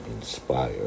Inspire